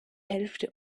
hälfte